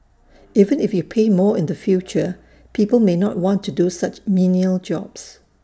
even if you pay more in the future people may not want to do such menial jobs